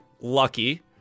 Lucky